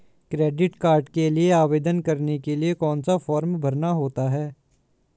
Credit card के लिए आवेदन करने के लिए कौन सा फॉर्म भरना होता है?